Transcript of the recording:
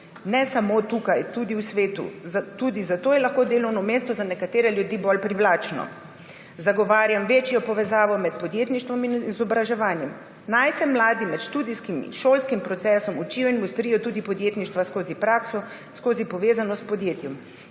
ne samo tukaj, tudi v svetu. Tudi zato je lahko delovno mesto za nekatere ljudi bolj privlačno. Zagovarjam večjo povezavo med podjetništvom in izobraževanjem. Naj se mladi med študijskim in šolskim procesom učijo in ostrijo tudi podjetništva skozi prakso, skozi povezanost s podjetji,